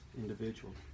Individual